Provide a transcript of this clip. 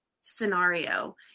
scenario